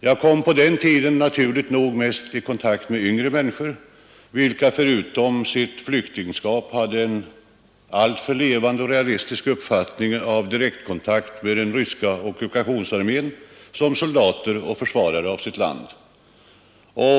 På den tiden kom jag naturligt nog mest i kontakt med yngre människor, vilka förutom sitt flyktingskap hade en alltför realistisk upplevelse av direktkontakt med den ryska ockupationsarmén såsom soldater och försvarare av sitt land.